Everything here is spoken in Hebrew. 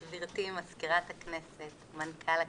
גברתי מזכירת הכנסת, מנכ"ל הכנסת,